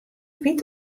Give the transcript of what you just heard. wit